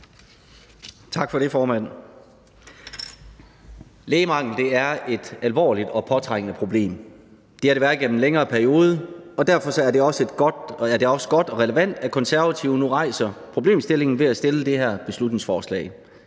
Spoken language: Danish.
Tak for det, formand. Lægemangel er et alvorligt og påtrængende problem. Det har det været igennem en længere periode, og derfor er det også godt og relevant, at Konservative nu rejser problemstillingen ved at fremsætte det her beslutningsforslag.